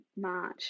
March